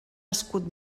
escut